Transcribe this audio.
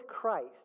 Christ